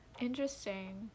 Interesting